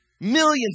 Millions